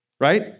right